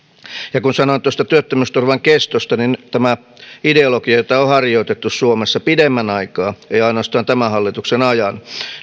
ja kun sanoin tuosta työttömyysturvan kestosta niin nythän tämä ideologia jota on harjoitettu suomessa pidemmän aikaa ei ainoastaan tämän hallituksen ajan